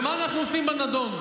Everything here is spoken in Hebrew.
זו הזדמנות,